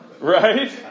Right